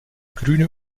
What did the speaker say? grüne